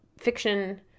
fiction